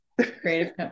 Creative